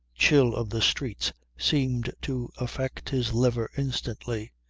chill of the streets seemed to affect his liver instantly.